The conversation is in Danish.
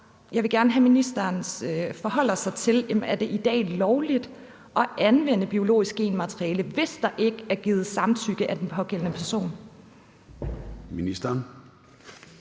jeg vil gerne have, at ministeren forholder sig til, om det i dag er lovligt at anvende biologisk genmateriale, hvis der ikke er givet samtykke af den pågældende person.